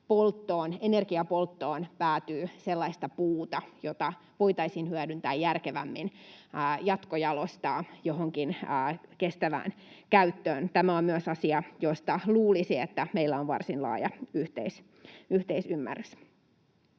energiapolttoon päätyy sellaista puuta, jota voitaisiin hyödyntää järkevämmin, jatkojalostaa johonkin kestävään käyttöön. Tämä on myös asia, josta luulisi, että meillä on varsin laaja yhteisymmärrys.